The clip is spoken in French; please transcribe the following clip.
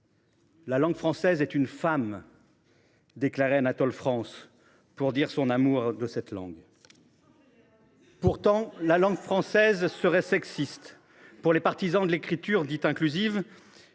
« La langue française est une femme », déclarait Anatole France pour dire son amour de cette langue. Pourtant, pour les partisans de l’écriture dite inclusive,